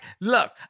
Look